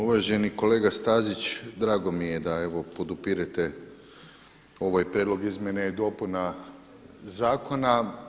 Uvaženi kolega Stazić, drago mi je da evo podupirete ovaj prijedlog izmjena i dopuna zakona.